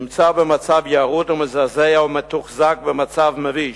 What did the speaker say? נמצאת במצב ירוד ומזעזע ומתוחזקת במצב מביש.